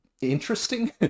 interesting